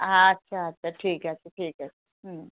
আচ্ছা আচ্ছা ঠিক আছে ঠিক আছে হুম